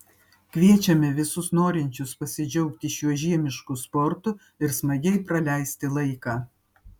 kviečiame visus norinčius pasidžiaugti šiuo žiemišku sportu ir smagiai praleisti laiką